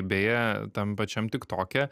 beje tam pačiam tik toke